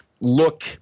look